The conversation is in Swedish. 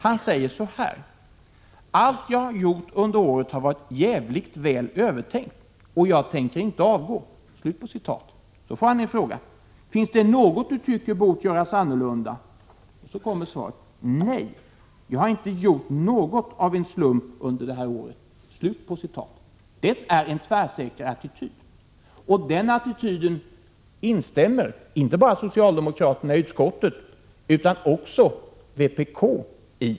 Han säger så här: ”Allt jag har gjort under året har varit djävligt väl övertänkt. Och jag tänker inte avgå.” Så får han en ny fråga: ”Finns det något du tycker du bort göra annorlunda?” Svaret blir: ”Nej. Jag har inte gjort något av en slump under det här året.” Detta är en tvärsäker attityd, och i den attityden instämmer inte bara socialdemokraterna i utskottet utan också vpk.